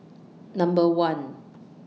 Number one